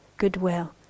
goodwill